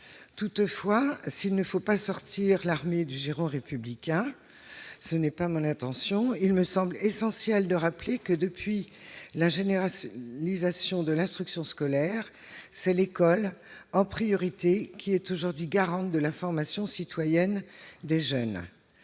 Toutefois, s'il ne faut pas sortir l'armée du giron républicain- telle n'est pas mon intention -, il me semble essentiel de rappeler que, depuis la généralisation de l'instruction scolaire, c'est en priorité l'école qui est garante de la formation citoyenne des jeunes.